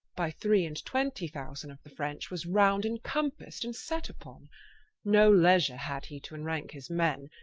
by three and twentie thousand of the french was round incompassed, and set vpon no leysure had he to enranke his men.